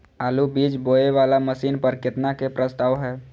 आलु बीज बोये वाला मशीन पर केतना के प्रस्ताव हय?